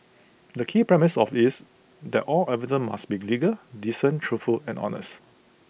the key premise of is that all advertisements must be legal decent truthful and honest